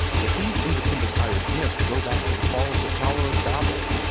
but these independent irish myths go back to the fall of the tower of babel,